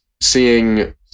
seeing